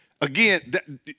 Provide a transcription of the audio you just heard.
Again